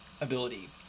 ability